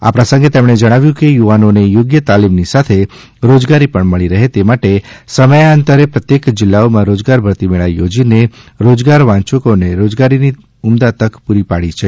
આ પ્રસંગે તેમણે જણાવ્યું કે યુવાનોને યોગ્ય તાલીમની સાથે રોજગારી પણ મળી રહે તે માટે સમયાંતરે પ્રત્યેક જિલ્લાઓમાં રોજગાર ભરતી મેળા યોજીને રોજગારવાંચ્છકોને રોજગારીની ઉમદા તક પૂરી પાડી છે